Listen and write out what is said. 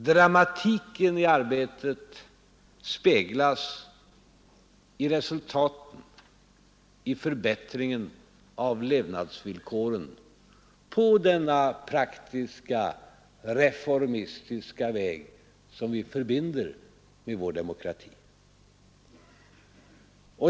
Dramatiken i arbetet speglas i resultaten, i förbättringen av levnadsvillkoren på denna praktiska reformistiska väg som vi förbinder med vår demokrati.